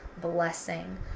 blessing